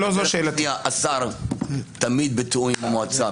השר תמיד בתיאום עם המועצה.